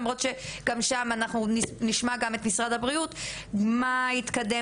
למרות שגם שם אנחנו נשמע גם את משרד הבריאות ונבין מה התקדם